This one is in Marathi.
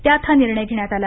त्यात हा निर्णय घेण्यात आला